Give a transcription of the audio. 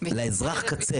שהרפורמה לאזרח הקצה,